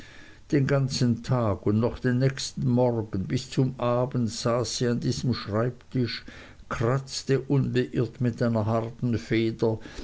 den ganzen tag und noch den nächsten morgen bis zum abend saß sie an diesem schreibtische kratzte unbeirrt mit einer harten feder